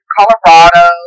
Colorado